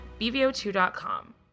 bvo2.com